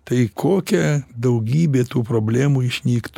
tai kokia daugybė tų problemų išnykt